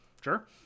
sure